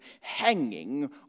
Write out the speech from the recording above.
hanging